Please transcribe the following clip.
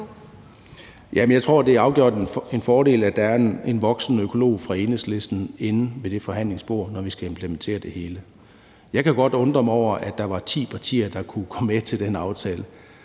Jeg tror afgjort, det er en fordel, at der er en voksen økolog fra Enhedslisten inde ved det forhandlingsbord, når vi skal implementere det hele. Jeg kan godt undre mig over, at der var ti partier, der kunne komme med til den aftale.